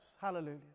Hallelujah